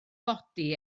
godi